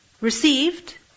received